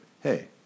hey